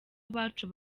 abacu